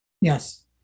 Yes